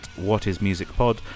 whatismusicpod